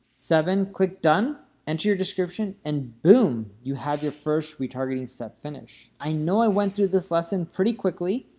seven, click done, enter your description, and boom, you have your first retargeting step finished. i know i went through this lesson pretty quickly,